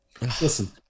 listen